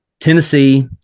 Tennessee